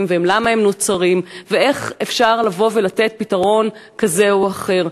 ולמה הם נוצרים ואיך אפשר לתת פתרון כזה או אחר.